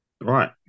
Right